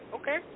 Okay